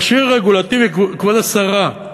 מכשיר רגולטיבי, כבוד השרה.